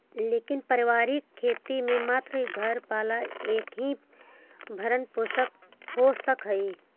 लेकिन पारिवारिक खेती से मात्र घर वाला के ही भरण पोषण हो सकऽ हई